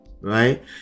right